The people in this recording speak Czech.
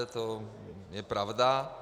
To je pravda.